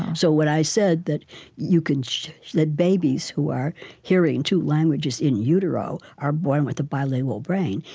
so when i said that you can that babies who are hearing two languages in utero are born with a bilingual brain,